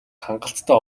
хангалттай